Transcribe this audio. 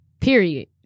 period